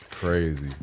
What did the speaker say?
Crazy